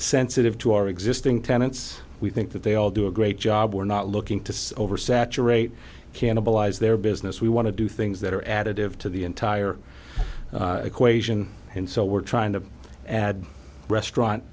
sensitive to our existing tenants we think that they all do a great job we're not looking to oversaturate cannibalize their business we want to do things that are additive to the entire equation and so we're trying to add restaurant